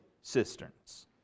cisterns